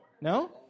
no